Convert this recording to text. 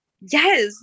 yes